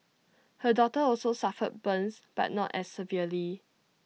her daughter also suffered burns but not as severely